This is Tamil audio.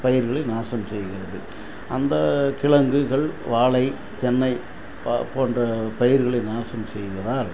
பயிர்களை நாசம் செய்கிறது அந்த கிழங்குகள் வாழை தென்னை போன்ற பயிர்களை நாசம் செய்வதால்